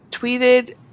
tweeted